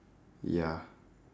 ya